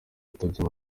yitabye